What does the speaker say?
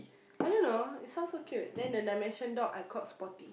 I don't know it sounds so cute then the Dalmatian dog I called Spotty